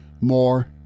more